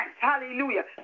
hallelujah